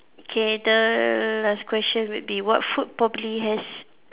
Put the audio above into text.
K the last question would be what food probably has